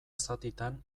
zatitan